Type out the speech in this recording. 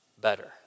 better